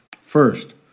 First